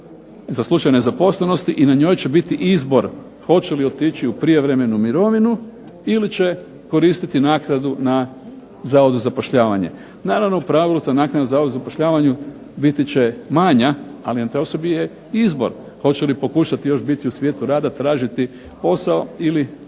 za slučaj nezaposlenosti i na njoj će biti izbor hoće li otići u prijevremenu mirovinu ili će koristiti naknadu na Zavodu za zapošljavanje. Naravno u pravilu ta naknada na Zavodu za zapošljavanje biti će manja, ali na osobi je izbor. Hoće li pokušati još biti u svijetu rada, tražiti posao, ili